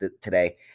today